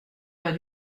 pas